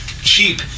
cheap